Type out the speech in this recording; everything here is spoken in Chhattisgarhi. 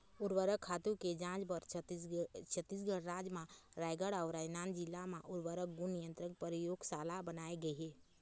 उरवरक खातू के जांच बर छत्तीसगढ़ राज म रायगढ़ अउ राजनांदगांव जिला म उर्वरक गुन नियंत्रन परयोगसाला बनाए गे हे